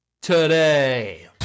today